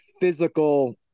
physical